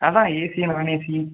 அதான் Asia non AC